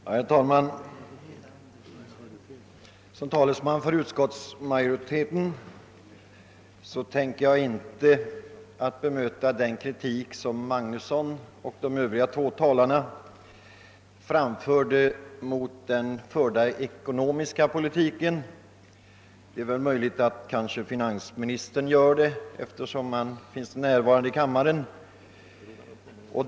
Herr talman! Som talesman för utskottsmajoriteten tänker jag inte bemöta den kritik som herr Magnusson i Borås och de övriga två talarna framfört mot den förda ekonomiska politiken — det är möjligt att finansminis tern gör det, eftersom han finns närvarande i kammaren.